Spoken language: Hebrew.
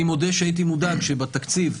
אני מודה שהייתי מודאג כשבתקציב,